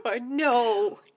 no